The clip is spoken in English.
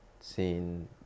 seen